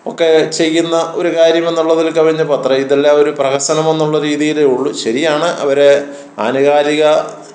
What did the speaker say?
ഒക്കെ ചെയ്യുന്ന ഒരു കാര്യമെന്നുള്ളതിൽ കവിഞ്ഞ് ഇതെല്ലാം ഒരു പ്രഹസനമെന്നുള്ള രീതിയിലേ ഉളളൂ ശരിയാണ് അവരെ ആനുകാലിക